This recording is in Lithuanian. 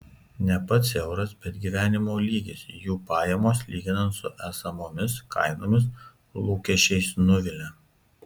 ne pats euras bet gyvenimo lygis jų pajamos lyginant su esamomis kainomis lūkesčiais nuvilia